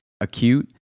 acute